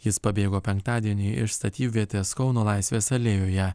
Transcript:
jis pabėgo penktadienį iš statybvietės kauno laisvės alėjoje